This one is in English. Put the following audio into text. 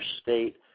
state